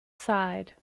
side